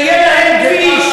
שיהיה להם כביש,